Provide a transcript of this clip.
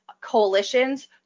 coalitions